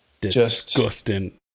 Disgusting